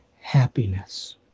happiness